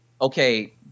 okay